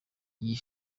iyi